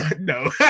No